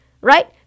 right